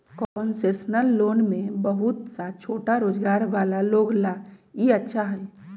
concessional loan में बहुत सा छोटा रोजगार वाला लोग ला ई अच्छा हई